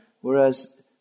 whereas